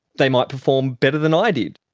they might perform better than i did.